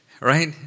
right